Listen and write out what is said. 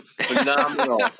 phenomenal